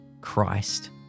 Christ